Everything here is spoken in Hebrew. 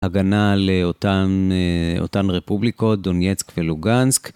הגנה לאותן רפובליקות, דונייצק ולוגנסק.